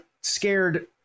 scared